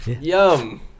Yum